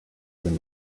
than